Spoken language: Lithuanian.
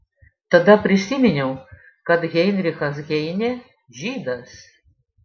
tada prisiminiau kad heinrichas heinė žydas